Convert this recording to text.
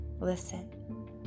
listen